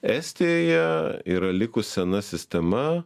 estijoje yra likus sena sistema